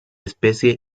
especie